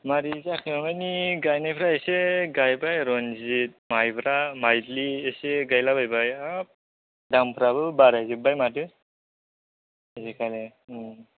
मारै जाखो मानि गायनायफ्रा एसे गाइबाय रनजित माइब्रा माइज्लि एसे गायला बायबाय हाब दामफ्राबो बाराय जोब्बाय माथो आजिखालि